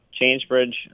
ChangeBridge